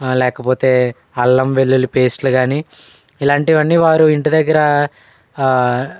లేకపోతే అల్లం వెల్లుల్లి పేస్టులు గానీ ఇలాంటివన్నీ వారు ఇంటిదగ్గర